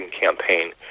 campaign